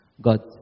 God